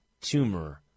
tumor